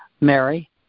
Mary